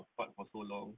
apart for so long